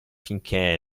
finché